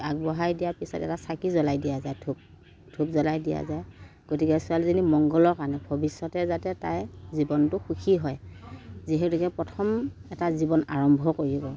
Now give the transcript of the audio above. আগবঢ়াই দিয়া পাছত এটা চাকি জ্বলাই দিয়া যায় ধূপ ধূপ জ্বলাই দিয়া যায় গতিকে ছোৱালীজনীৰ মঙ্গলৰ কাৰণে ভৱিষ্যতে যাতে তাই জীৱনটো সুখী হয় যিহেতুকে প্ৰথম এটা জীৱন আৰম্ভ কৰিব